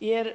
jer